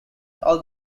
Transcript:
all